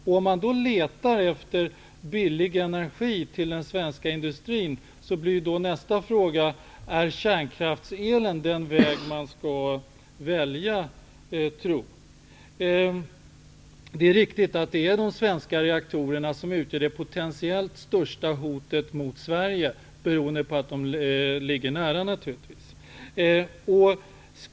Om man letar efter billig energi till den svenska industrin, blir då nästa fråga: Är det månntro kärnkraftsel som man skall välja? Det är riktigt att det är de svenska reaktorerna som utgör det potentiellt största hotet mot Sverige, naturligtvis beroende på att de är belägna här.